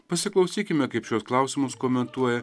pasiklausykime kaip šiuos klausimus komentuoja